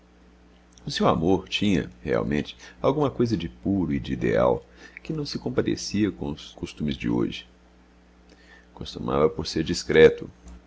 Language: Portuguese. o seu amor tinha realmente alguma coisa de puro e de ideal que não se compadecia com os costumes de hoje começava por ser discreto